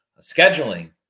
scheduling